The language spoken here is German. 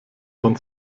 von